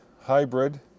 hybrid